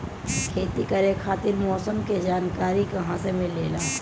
खेती करे खातिर मौसम के जानकारी कहाँसे मिलेला?